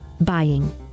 Buying